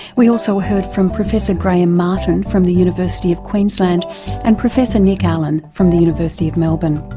we also heard from professor graham martin from the university of queensland and professor nick allen from the university of melbourne.